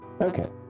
Okay